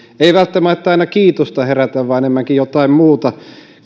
ei välttämättä aina kiitosta herätä vaan enemmänkin jotain muuta